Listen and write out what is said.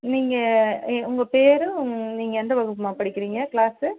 நீங்கள் எ உங்கள் பேர் உங் நீங்கள் எந்த வகுப்பும்மா படிக்கிறீங்க க்ளாஸு